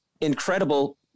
incredible